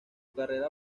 carrera